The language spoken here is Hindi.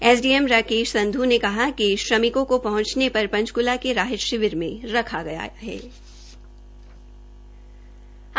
एसडीएम राकेश संधू ने कहा कि श्रमिकों को पहुंचनेपर पंचकूला के राहत शिविर में रक्षा जायेगा